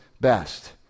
best